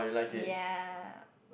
yea